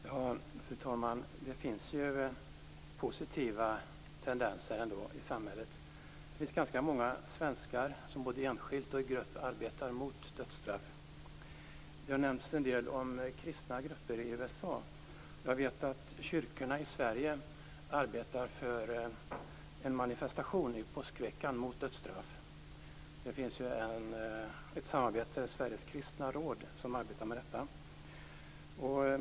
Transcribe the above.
Fru talman! Det finns ju ändå positiva tendenser i samhället. Det finns ganska många svenskar som både enskilt och i grupp arbetar mot dödsstraff. Det har nämnts en del om kristna grupper i USA. Jag vet att kyrkorna i Sverige arbetar för en manifestation i påskveckan mot dödsstraffet. Sveriges kristna råd arbetar med detta.